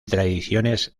tradiciones